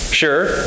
Sure